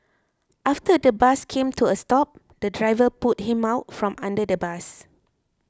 after the bus came to a stop the driver pulled him out from under the bus